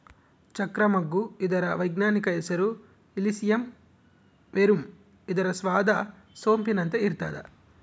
ಚಕ್ರ ಮಗ್ಗು ಇದರ ವೈಜ್ಞಾನಿಕ ಹೆಸರು ಇಲಿಸಿಯಂ ವೆರುಮ್ ಇದರ ಸ್ವಾದ ಸೊಂಪಿನಂತೆ ಇರ್ತಾದ